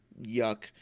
Yuck